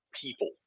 people